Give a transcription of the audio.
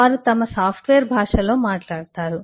వారు తమ సాఫ్ట్వేర్ భాషలో మాట్లాడుతారు